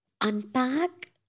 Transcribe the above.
unpack